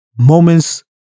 moments